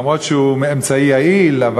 אומנם הוא אמצעי יעיל,